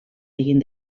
egin